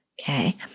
Okay